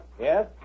Yes